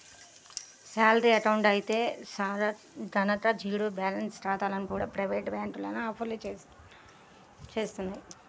salary account అయితే గనక zero balance ఖాతాలను కూడా ప్రైవేటు బ్యాంకులు ఆఫర్ చేస్తున్నాయి